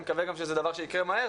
אני מקווה גם שזה דבר שיקרה מהר.